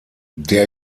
der